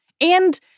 And-